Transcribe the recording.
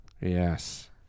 Yes